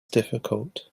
difficult